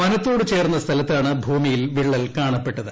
വനത്തോട് ചേർന്ന സ്ഥലത്താണ് ഭൂമിയിൽ വിള്ളൽ കാണപ്പെട്ടത്